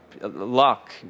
luck